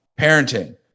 parenting